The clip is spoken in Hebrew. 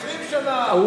20 שנה.